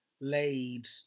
laid